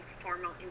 formal